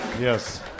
Yes